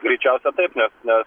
greičiausia taip nes nes